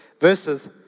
verses